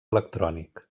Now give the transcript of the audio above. electrònic